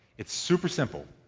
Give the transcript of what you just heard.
it's super simple,